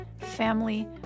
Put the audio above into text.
family